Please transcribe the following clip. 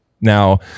now